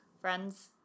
friends